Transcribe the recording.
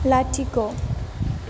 लाथिख'